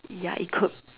ya it could